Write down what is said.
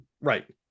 right